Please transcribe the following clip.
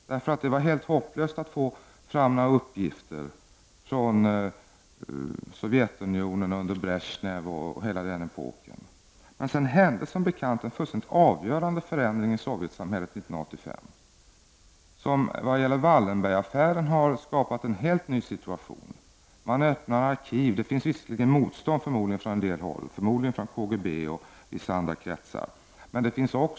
Det var helt hopplöst att få fram uppgifter från Sovjetunionen under Bresjnev-epoken. Men som bekant skedde en fullständigt avgörande förändring i Sovjetsamhället år 1985. Den har beträffande Wallenbergaffären skapat en helt ny situation. Man öppnar arkiv, visserligen under motstånd från KGB och vissa andra kretsar.